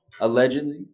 allegedly